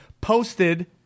posted